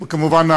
כמובן,